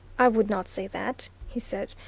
i would not say that, he said.